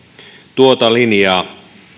tuota linjaa